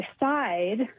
decide